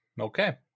Okay